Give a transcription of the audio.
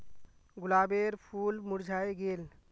गुलाबेर फूल मुर्झाए गेल